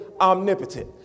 omnipotent